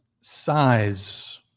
size